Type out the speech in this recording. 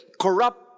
corrupt